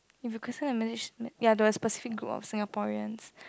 if you could send a message ya to a specific group of Singaporeans